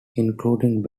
including